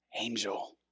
angel